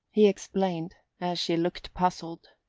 he explained, as she looked puzzled.